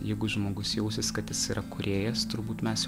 jeigu žmogus jausis kad jis yra kūrėjas turbūt mes